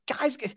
Guys